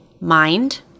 Mind